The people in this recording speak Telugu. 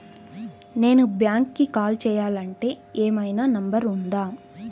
నేను బ్యాంక్కి కాల్ చేయాలంటే ఏమయినా నంబర్ ఉందా?